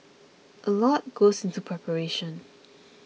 a lot goes into preparation